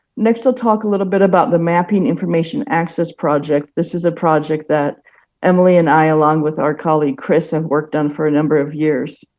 next i'll talk a little bit about the mapping information access project. this is a project that emily and i, along with our colleague, chris, have worked on for a number of years.